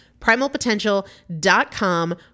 Primalpotential.com